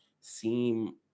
seem